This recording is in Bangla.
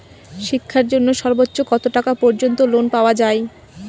শিক্ষার জন্য সর্বোচ্চ কত টাকা পর্যন্ত লোন পাওয়া য়ায়?